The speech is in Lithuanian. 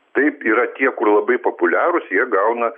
taip yra tie kur labai populiarūs jie gauna